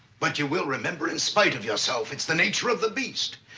but you will remember, in spite of yourself. it's the nature of the beast.